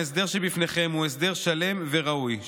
ההסדר שבפניכם הוא הסדר שלם וראוי,